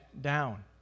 down